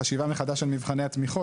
לא,